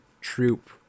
troop